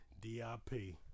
D-I-P